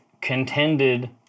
contended